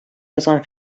язган